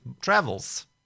travels